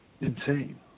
insane